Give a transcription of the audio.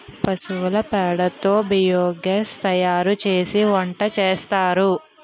పశువుల పేడ తో బియోగాస్ తయారుసేసి వంటసేస్తారు